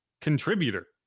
contributor